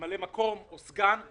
וממלא מקום או סגן של ראש העיר,